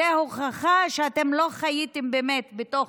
זו הוכחה שאתם לא חייתם באמת בתוך